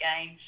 game